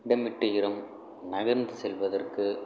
இடம் விட்டு இடம் நகர்ந்து செல்வதற்கு